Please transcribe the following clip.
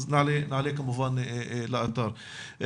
אז נעלה כמובן לאתר.